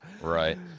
Right